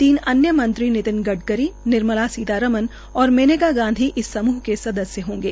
तीन अन्य मंत्री नितिन गडकरी नितिन गडकरी और मेनका गांधी इस समूह के सदस्य होंगे